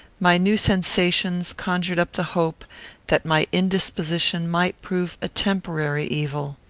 my new sensations conjured up the hope that my indisposition might prove a temporary evil.